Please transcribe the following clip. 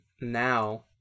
now